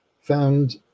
found